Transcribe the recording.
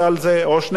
או 2 מיליון.